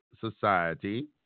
society